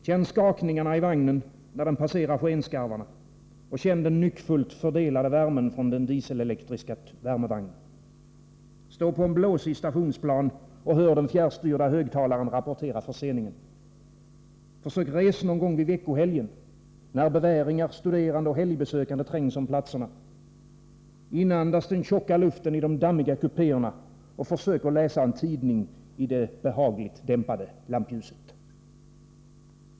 Känn skakningarna i vagnen när den passerar skenskarvarna, och känn den nyckfullt fördelade värmen från den dieselelektriska värmevagnen. Stå på en blåsig stationsplan, och hör den fjärrstyrda högtalaren rapportera förseningen. Försök att resa någon gång i veckohelgen, när beväringar, studerande och helgbesökande trängs om platserna. Inandas den tjocka luften i de dammiga kupéerna, och försök läsa en tidning i det behagligt dämpade lampljuset.